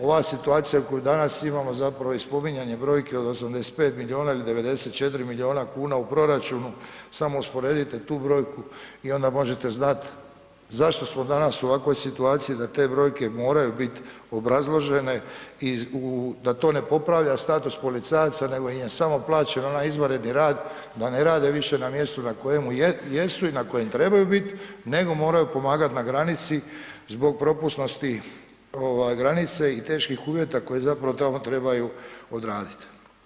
Ova situacija koju danas imamo zapravo je i spominjanje brojki od 85 milijuna, 94 milijuna kuna u proračunu, samo usporedite tu brojku i onda možete znat zašto smo danas u ovakvoj situaciji da te brojke moraju bit obrazložene i da to ne popravlja status policajaca, nego im je samo plaćen onaj izvanredni rad da ne rade više na mjestu na kojemu jesu i na kojem trebaju bit, nego moraju pomagat na granici zbog propusnosti granice i teških uvjeta koje zapravo tamo trebaju odradit.